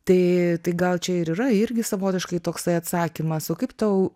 tai tai gal čia ir yra irgi savotiškai toksai atsakymas o kaip tau